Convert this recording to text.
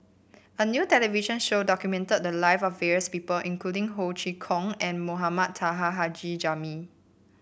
a new television show documented the live of various people including Ho Chee Kong and Mohamed Taha Haji Jamil